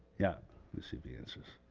yeah you see the answers